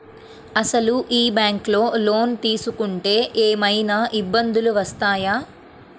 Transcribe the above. అసలు ఈ బ్యాంక్లో లోన్ తీసుకుంటే ఏమయినా ఇబ్బందులు వస్తాయా?